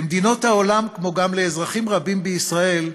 למדינות העולם, כמו גם לאזרחים רבים בישראל,